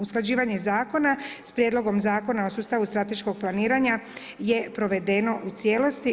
Usklađivanje zakona s prijedlogom zakona o sustavu strateškog planiranja je provedeno u cijelosti.